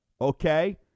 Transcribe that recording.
okay